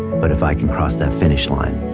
but if i can cross that finish line,